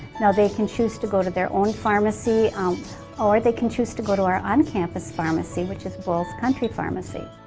now they can choose to go to their own pharmacy um or they can choose to go to our on-campus pharmacy, which is bulls country pharmacy.